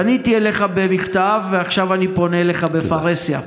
פניתי אליך במכתב ועכשיו אני פונה אליך בפרהסיה.